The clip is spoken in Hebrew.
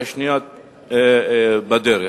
והשנייה בדרך.